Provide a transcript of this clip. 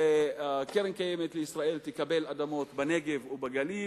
קרן קיימת לישראל תקבל אדמות בנגב או בגליל,